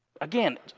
Again